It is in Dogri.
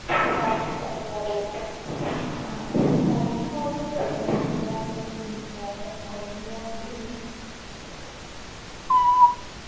हां सफाई बी तुस जिन्नी सफाई रक्खो उ'न्नी गै होंदी